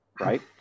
Right